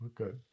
Okay